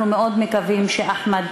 אנחנו מאוד מקווים שאחמד